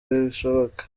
bishoboka